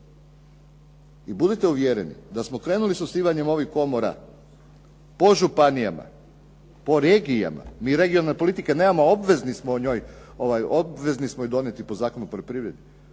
I budite uvjereni, da smo krenuli s osnivanjem ovih komora po županijama, po regijama. Mi regionalne politike nemamo a obvezni smo o njoj, obvezni smo ju donijeti